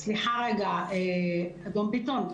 סליחה, אדון ביטון,